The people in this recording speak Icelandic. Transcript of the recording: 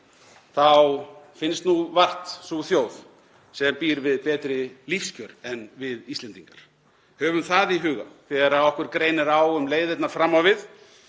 finnst vart sú þjóð sem býr við betri lífskjör en við Íslendingar. Höfum það í huga þegar okkur greinir á um leiðirnar fram á við.